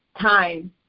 time